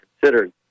considered